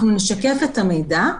אנחנו נשקף את המידע.